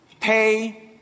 pay